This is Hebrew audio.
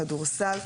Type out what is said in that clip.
כדורסל,